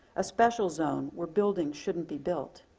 a special zone where buildings shouldn't be built.